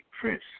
prince